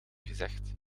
gezegd